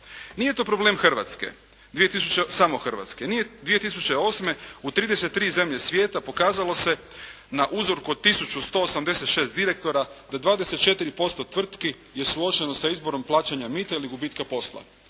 Nije to problem Hrvatske, samo Hrvatske. 2008. u 33 zemlje svijeta pokazalo se na uzorku od 1186 direktora da 24% tvrtki je suočeno sa izborom plaćanja mita ili gubitka posla.